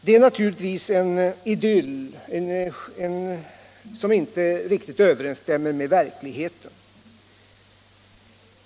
Det är naturligtvis en idyllisk bild som inte riktigt överensstämmer med verkligheten.